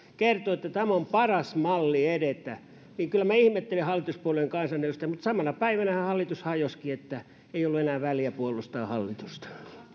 kertoi että tämä on paras malli edetä niin kyllä ihmettelen hallituspuolueiden kansanedustajia mutta samana päivänähän hallitus hajosikin ja ei ollut enää väliä puolustaako hallitusta